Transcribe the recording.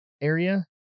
area